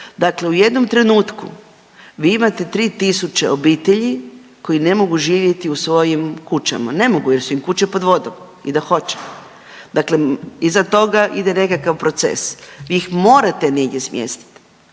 Dakle, u jednom trenutku vi imate 3.000 obitelji koji ne mogu živjeti u svojim kućama, ne mogu jer su im kuće pod vodom i da hoće. Dakle, iza toga ide nekakav proces, vi ih morate negdje smjestiti.